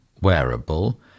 wearable